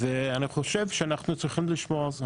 ואני חושב שאנחנו צריכים לשמור על זה.